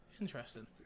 Interesting